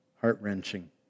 heart-wrenching